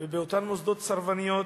ובאותם מוסדות סרבניים